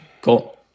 Cool